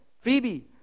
Phoebe